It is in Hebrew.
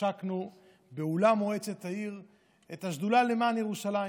השקנו באולם מועצת העיר את השדולה למען ירושלים.